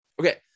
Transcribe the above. Okay